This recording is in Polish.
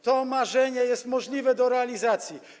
To marzenie jest możliwe do realizacji.